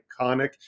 iconic